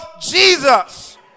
Jesus